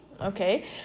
Okay